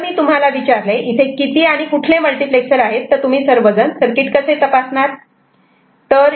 जर मी तुम्हाला विचारले इथे किती आणि कुठले मल्टिप्लेक्सर आहे तर तुम्ही सर्व जन सर्किट कसे तपासणार